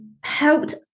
helped